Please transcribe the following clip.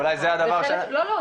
אולי זה הדבר --- לא לא,